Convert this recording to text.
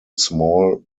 small